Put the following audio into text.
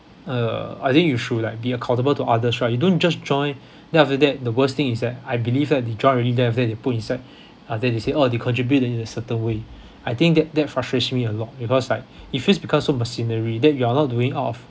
uh I think you should like be accountable to others right you don't just join then after that the worst thing is that I believe that they join already then after that they put inside uh then they say oh they contribute in a certain way I think that that frustrates me a lot because like if it's because of machinery that you're not doing out of